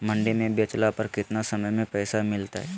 मंडी में बेचला पर कितना समय में पैसा मिलतैय?